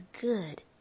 good